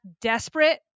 desperate